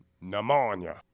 Pneumonia